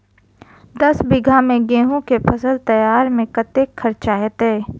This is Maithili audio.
दस बीघा मे गेंहूँ केँ फसल तैयार मे कतेक खर्चा हेतइ?